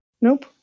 Nope